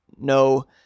no